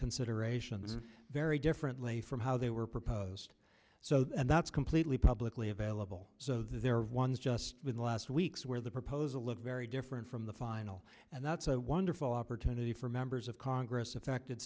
considerations very differently from how they were proposed so that's completely publicly available so they're ones just with last week's where the proposal live very different from the final and that's a wonderful opportunity for members of congress affected